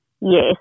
Yes